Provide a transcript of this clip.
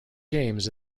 games